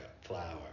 flower